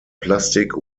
plastik